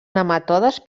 nematodes